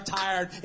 tired